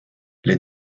les